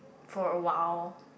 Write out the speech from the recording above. for awhile